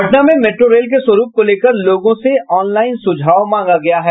पटना में metro rail के स्वरूप को लेकर लोगों से ऑनलाईन सुझाव मांगा गया है